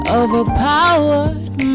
overpowered